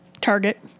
Target